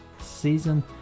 season